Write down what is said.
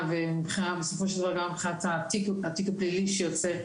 ובסופו של דבר גם מבחינת התיק הפלילי שיוצא.